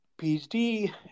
PhD